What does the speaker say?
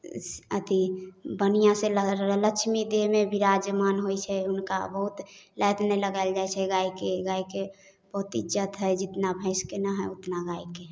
अथी बढ़िऑं से लगल लक्ष्मी देहमे बिराजमान होइत छै हुनका बहुत लाइत नै लगाएल जाइछै गायके गायके बहुत इज्जत हय जितना भैंस के नै हय उतना गायके